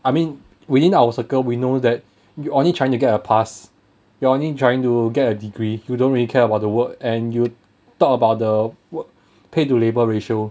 I mean within our circle we know that you only trying to get a pass you only trying to get a degree you don't really care about the work and you talk about the work pay to labour ratio